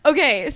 Okay